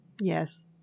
Yes